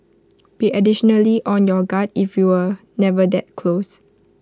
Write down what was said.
be additionally on your guard if you were never that close